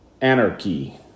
Anarchy